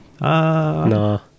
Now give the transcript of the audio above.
No